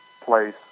place